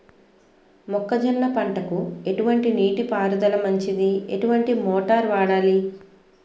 మొక్కజొన్న పంటకు ఎటువంటి నీటి పారుదల మంచిది? ఎటువంటి మోటార్ వాడాలి?